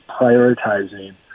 prioritizing